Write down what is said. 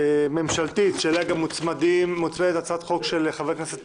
ממשלתית שאליה גם מוצמדת הצעת חוק של חבר הכנסת